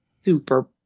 super